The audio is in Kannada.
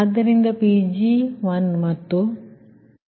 ಆದ್ದರಿಂದ Pg1ಮತ್ತು C1Pg1161